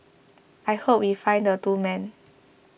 I hope we find the two men